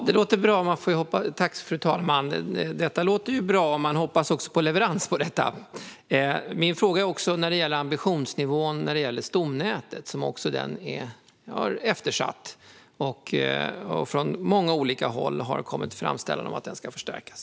Fru talman! Det låter bra. Man hoppas också på leverans av detta. Min fråga gällde också ambitionsnivån för stomnätet, som också är eftersatt. Från många olika håll har det kommit framställningar om att detta ska förstärkas.